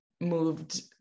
moved